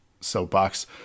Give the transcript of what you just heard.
soapbox